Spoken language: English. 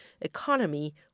economy